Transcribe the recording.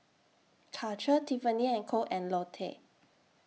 Karcher Tiffany and Co and Lotte